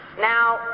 Now